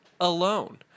alone